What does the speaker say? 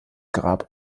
grab